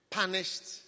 punished